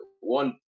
one